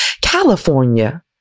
California